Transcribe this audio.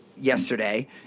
yesterday